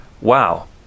wow